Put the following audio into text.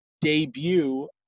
debut